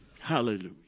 Hallelujah